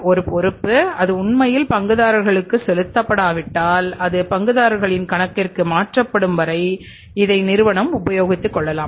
ஒரு பொறுப்பு அது உண்மையில் பங்குதாரர்களுக்கு செலுத்தப்படாவிட்டால் அது பங்குதாரர்களின் கணக்கிற்கு மாற்றப்படும் வரை இதை நிறுவனம் உபயோகித்துக்கொள்ளலாம்